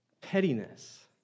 pettiness